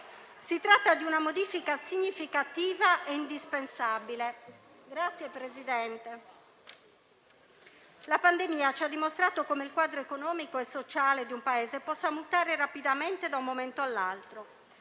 Si tratta di una modifica significativa e indispensabile. La pandemia ci ha dimostrato come il quadro economico e sociale di un Paese possa mutare rapidamente da un momento all'altro.